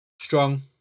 strong